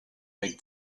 big